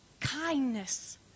kindness